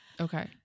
Okay